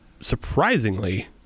surprisingly